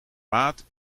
maat